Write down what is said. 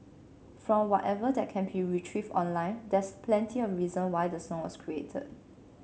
from whatever that can be retrieved online there's plenty of reason why the song was created